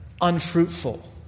unfruitful